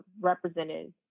represented